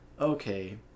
Okay